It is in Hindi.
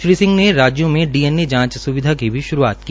श्री सिंह ने राज्यों में डीएनए जांच स्विधा की भी श्रूआत की